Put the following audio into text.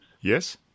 Yes